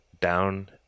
down